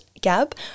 gab